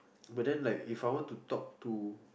but then like If I want to talk to